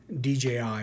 DJI